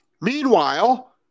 Meanwhile